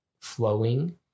flowing